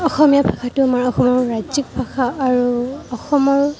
অসমীয়া ভাষাটো আমাৰ অসমৰ ৰাজ্যিক ভাষা আৰু অসমৰ